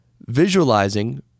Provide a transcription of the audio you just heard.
Visualizing